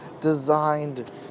designed